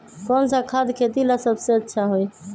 कौन सा खाद खेती ला सबसे अच्छा होई?